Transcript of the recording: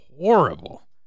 horrible